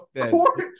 Court